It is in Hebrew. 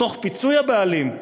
תוך פיצוי הבעלים,